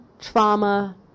trauma